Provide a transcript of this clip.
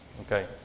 Okay